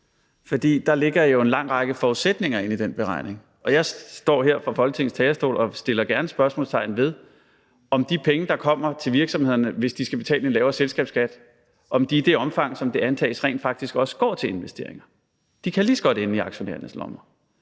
der ligger jo en lang række forudsætninger i den beretning. Og jeg står her fra Folketingets talerstol og sætter gerne spørgsmålstegn ved, om de penge, der kommer til virksomhederne, hvis de skal betale en lavere selskabsskat, rent faktisk også går til investeringer i det omfang, som det antages; de kan lige så godt ende i aktionærernes lommer.